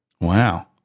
Wow